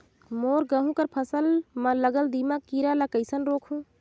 मोर गहूं कर फसल म लगल दीमक कीरा ला कइसन रोकहू?